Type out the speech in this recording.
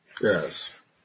Yes